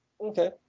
Okay